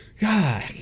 God